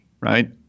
right